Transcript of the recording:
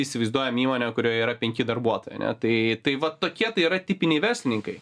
įsivaizduojam įmonę kurioje yra penki darbuotojai ane tai tai va tokie tai yra tipiniai verslininkai